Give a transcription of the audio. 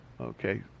Okay